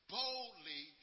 boldly